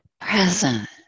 present